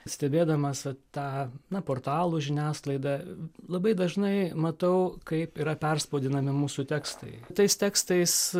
stebėdamas vat tą na portalų žiniasklaidą labai dažnai matau kaip yra perspausdinami mūsų tekstai tais tekstais